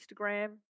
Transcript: instagram